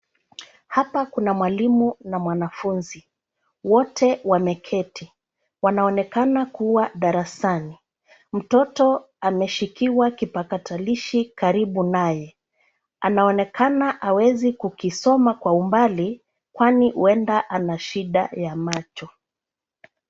Hapa kuna mwalimu na mwanafunzi. Wote wameketi. Wanaonekana kuwa darasani. Mtoto ameshikiwa kipakatalishi karibu naye. Anaonekana hawezi kukisoma kwa mbali kwani huenda ana shida ya macho.